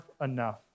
enough